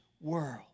world